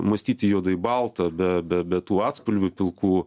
mąstyti juodai balta be be be tų atspalvių pilkų